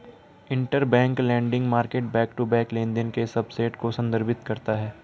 interbank lending market back to back लेनदेन के subset को संदर्भित करता है